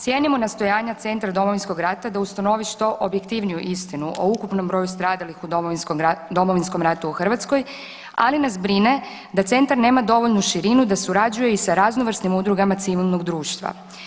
Cijenimo nastojanja Centra Domovinskog rata da ustanovi što objektivniju istinu o ukupnom broju stradalih u Domovinskom ratu u Hrvatskoj, ali nas brine da centar nema dovoljnu širinu da surađuje i sa raznovrsnim udrugama civilnog društva.